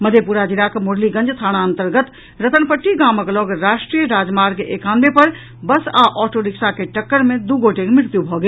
मधेपुरा जिलाक मुरलीगंज थाना अन्तर्गत रतनपट्टी गामक लऽग राष्ट्रीय राजमार्ग एकानवे पर बस आ ऑटो रिक्शा के टक्कर मे दू गोटे के मृत्यु भऽ गेल